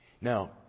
Now